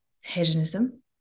hedonism